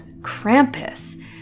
krampus